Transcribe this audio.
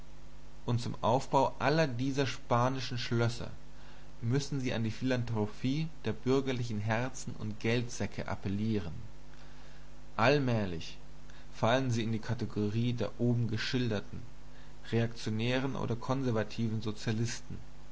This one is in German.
und zum aufbau aller dieser spanischen schlösser müssen sie an die philanthropie der bürgerlichen herzen und geldsäcke appellieren allmählich fallen sie in die kategorie der oben geschilderten reaktionären oder konservativen sozialisten